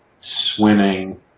swimming